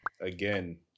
again